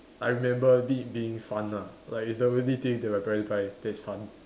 I remember it being fun ah like it's the only thing that my parents buy that is fun